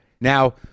Now